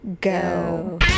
go